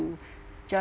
just